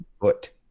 foot